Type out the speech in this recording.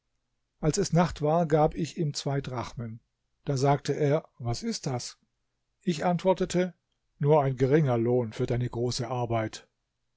als es nacht war gab ich ihm zwei drachmen da sagte er was ist das ich antwortete nur ein geringer lohn für deine große arbeit